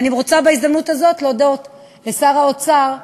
אני רוצה בהזדמנות הזאת להודות לשר האוצר,